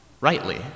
rightly